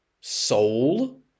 soul